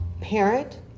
parent